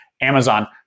Amazon